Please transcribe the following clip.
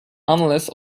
unless